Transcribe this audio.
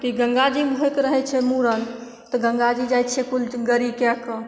कि गङ्गाजीमे होइके रहै छै मूड़न तऽ गङ्गाजी जाइ छिए कुल गाड़ी कै के